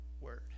word